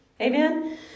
Amen